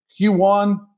Q1